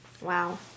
Wow